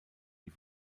die